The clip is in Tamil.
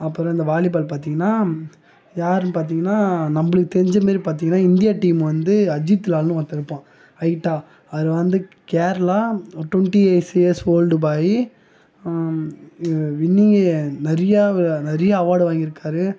அப்புறம் இந்த வாலிபால் பார்த்தீங்கன்னா யாருன்னு பார்த்தீங்கன்னா நம்மளுக்கு தெரிஞ்ச மாரி பார்த்தீங்கன்னா இந்தியா டீம் வந்து அஜித் லால்னு ஒருத்தர் இருப்பான் ஹைட்டா அவரு வந்து Kerala twenty eight years old boy winning நிறையா நிறையா அவார்டு வாங்கிருக்கார்